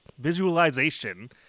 visualization